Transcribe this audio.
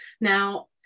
Now